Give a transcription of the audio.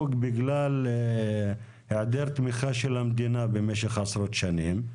בגלל היעדר תמיכה של המדינה במשך עשרות שנים.